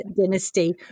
dynasty